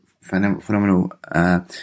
phenomenal